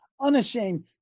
unashamed